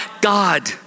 God